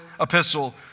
epistle